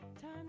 Time